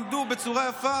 עמדו בצורה יפה.